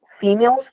Females